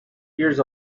years